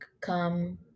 come